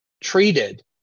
treated